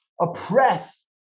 oppress